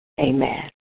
Amen